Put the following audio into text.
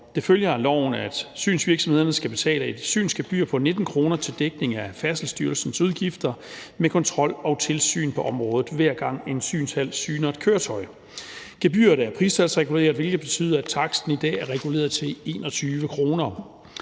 Det følger af loven, at synsvirksomhederne skal betale et synsgebyr på 19 kr. til dækning af Færdselsstyrelsens udgifter til kontrol og tilsyn på området, hver gang en synshal syner et køretøj. Gebyret er pristalsreguleret, hvilket betyder, at taksten i dag er reguleret til 21 kr.